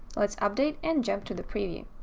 let's update and jump to the preview.